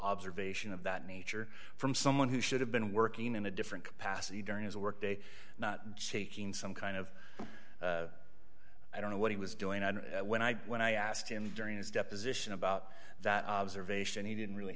observation of that nature from someone who should have been working in a different capacity during his workday not taking some kind of i don't know what he was doing and when i when i asked him during his deposition about that observation he didn't really